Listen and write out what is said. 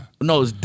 No